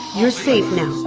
you're safe now.